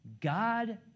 God